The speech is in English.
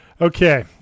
Okay